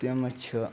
تِم چھِ